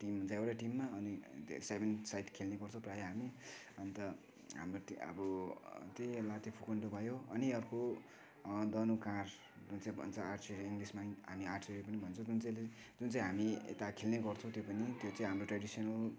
team हुन्छ एउटै टिममा अनि सेभेन साइड खेल्नुपर्छ प्राय हामी अन्त हाम्रो अब त्यही लात्ते भकुन्डो भयो अनि अर्को धनुकाँड जुनचाहिँ भन्छ आर्चेरी इङ्ग्लिसमा हामी आर्चेरी पनि भन्छौँ जुन चाहिँले जुन चाहिँ हामी यता खेल्ने गर्छौँ त्यो पनि त्यो चाहिँ हाम्रो ट्रेडिसनल